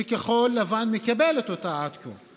שכחול לבן מקבלת אותה עד כה?